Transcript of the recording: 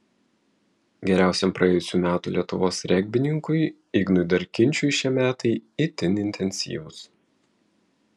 geriausiam praėjusių metų lietuvos regbininkui ignui darkinčiui šie metai itin intensyvūs